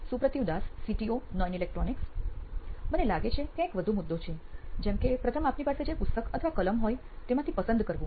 સુપ્રતિવ Das CTO નોઇન electronics મને લાગે છે કે ત્યાં એક વધુ મુદ્દો છે જેમ કે પ્રથમ આપની પાસે જે પુસ્તક અથવા કલમ હોય તેમાંથી પસંદ કરવું